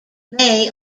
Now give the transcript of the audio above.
may